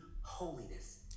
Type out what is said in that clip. holiness